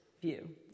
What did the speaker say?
view